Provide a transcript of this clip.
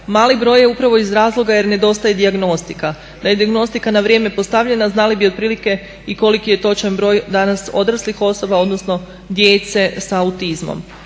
mali broj je upravo iz razloga jer nedostaje dijagnostika. Da je dijagnostika na vrijeme postavljena znali bi otprilike koliki je točan broj danas odraslih osoba odnosno djece sa autizmom.